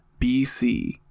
BC